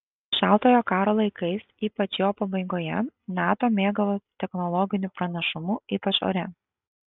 šaltojo karo laikais ypač jo pabaigoje nato mėgavosi technologiniu pranašumu ypač ore